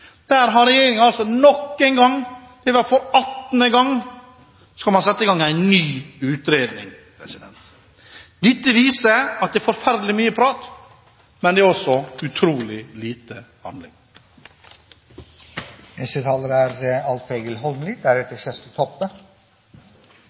nok en gang – det er i hvert fall 18. gang – sette i gang en ny utredning. Dette viser at det er forferdelig mye prat